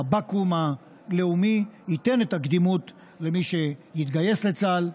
הבקו"ם הלאומי ייתן את הקדימות למי שיתגייס לצה"ל,